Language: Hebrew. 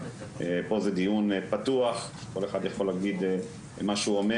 פה זה דיון פתוח כל אחד יכול להגיד מה שהוא אומר,